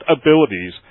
abilities